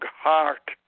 heart